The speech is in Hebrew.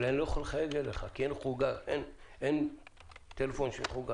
לי: אני לא יכול לחייג אליך כי אין טלפון עם חוגה.